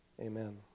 Amen